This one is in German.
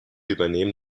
übernehmen